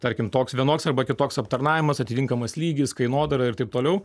tarkim toks vienoks arba kitoks aptarnavimas atitinkamas lygis kainodara ir taip toliau